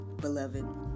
beloved